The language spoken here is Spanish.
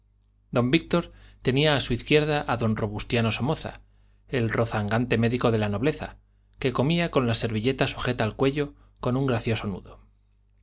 don víctor tenía a su izquierda a don robustiano somoza el rozagante médico de la nobleza que comía con la servilleta sujeta al cuello con un gracioso nudo